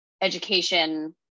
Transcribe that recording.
education